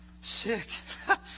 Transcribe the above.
Sick